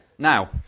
Now